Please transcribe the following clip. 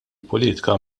politika